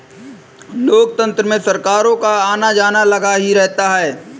लोकतंत्र में सरकारों का आना जाना लगा ही रहता है